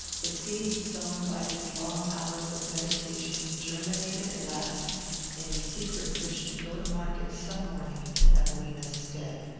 the seed sown by these long hours of meditation germinated at last in the secret wish to go to market some morning in evelina's stead.